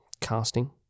casting